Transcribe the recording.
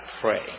pray